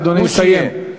אדוני, סיים.